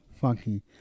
funky